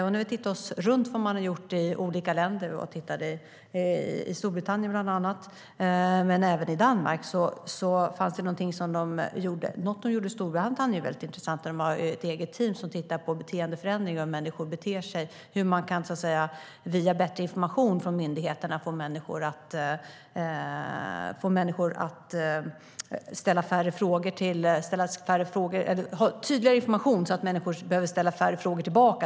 Vi har tittat runt för att se vad man gjort i olika länder och då bland annat tittat på Storbritannien och Danmark. I Storbritannien har man gjort någonting väldigt intressant. Man har ett eget team som tittar på beteendeförändringar, hur människor beter sig. Man har bland annat sett att genom att ha tydligare information från myndigheterna behöver människorna inte ställa lika mycket frågor.